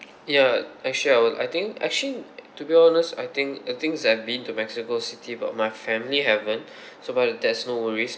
ya actually I will I think actually to be honest I think I thing is I've been to mexico city but my family haven't so but that's no worries